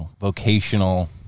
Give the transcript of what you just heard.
vocational